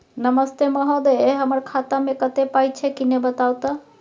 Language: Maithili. नमस्कार महोदय, हमर खाता मे कत्ते पाई छै किन्ने बताऊ त?